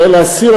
הרי לאסיר,